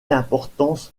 l’importance